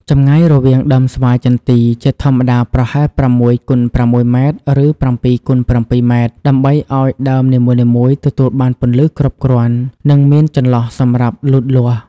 ចម្ងាយរវាងដើមស្វាយចន្ទី ជាធម្មតាប្រហែល ៦ គុណ ៦ ម៉ែត្រ ឬ ៧ គុណ ៧ ម៉ែត្រ ដើម្បីឱ្យដើមនីមួយៗទទួលបានពន្លឺគ្រប់គ្រាន់ និងមានចន្លោះសម្រាប់លូតលាស់។